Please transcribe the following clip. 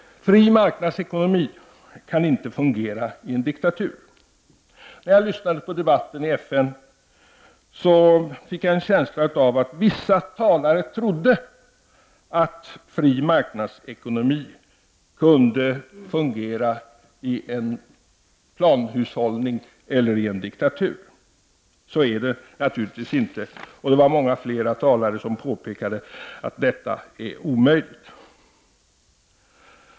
Fri marknadsekonomi kan inte fungera i en diktatur. När jag lyssnade på debatten i FN fick jag en känsla av att vissa talare trodde att fri marknadsekonomi kunde fungera i en planhushållning eller i en diktatur. Så är det naturligtvis inte, och flera talare påpekade att detta är omöjligt.